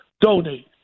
donate